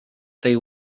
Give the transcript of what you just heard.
tej